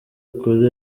ukuri